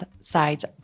sides